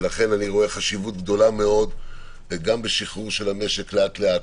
לכן אני רואה חשיבות גדולה מאוד גם בשחרור של המשק לאט לאט,